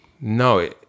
No